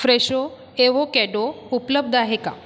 Fresho avocado उपलब्ध आहे का